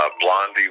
Blondie